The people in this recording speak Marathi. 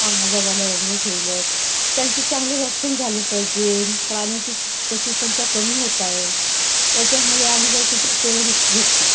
आम्हाजणांना अजूनही ठेवलेत त्यांचे चांगले रक्षण झालं पाहिजेन प्राण्याची तशी संख्या कमी होत आहे त्याच्यामुळे आम्ही काय कुठं तेवढं रिक्स घेत नाही